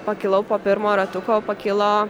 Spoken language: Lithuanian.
pakilau po pirmo ratuko pakilo